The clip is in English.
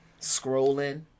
Scrolling